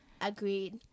Agreed